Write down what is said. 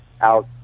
out